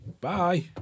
Bye